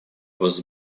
was